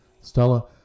Stella